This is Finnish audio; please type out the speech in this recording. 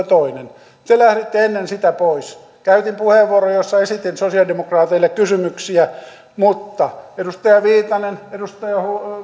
toinen te lähditte ennen sitä pois käytin puheenvuoron jossa esitin sosialidemokraateille kysymyksiä mutta edustaja viitanen edustaja